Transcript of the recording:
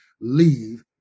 leave